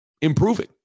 improving